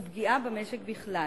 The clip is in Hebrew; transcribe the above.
פגיעה בצרכנים ופגיעה במשק בכלל.